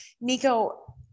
Nico